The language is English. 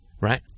right